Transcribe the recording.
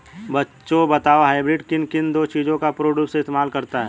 बच्चों बताओ हाइब्रिड वित्त किन दो चीजों का पूर्ण रूप से इस्तेमाल करता है?